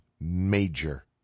major